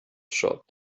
shop